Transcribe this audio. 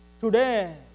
Today